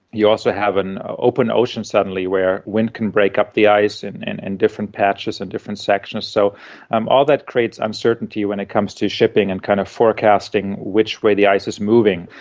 you also have an open ocean suddenly, where wind can break up the ice in and and different patches and different sections, so um all that creates uncertainty when it comes to shipping and kind of forecasting which way the ice is moving.